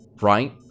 right